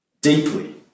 deeply